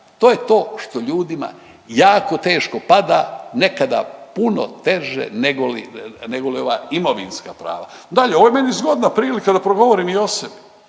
To je to što ljudima jako teško pada. Nekada puno teže negoli ova imovinska prava. Dalje. Ovo je meni zgodna prilika da progovorim i o sebi,